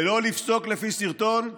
ולא לפסוק לפי סרטון.